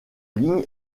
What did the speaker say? ligne